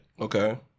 Okay